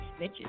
snitches